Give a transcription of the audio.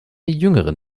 jüngeren